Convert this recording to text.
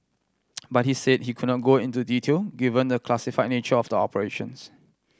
but he said he could not go into detail given the classify nature of the operations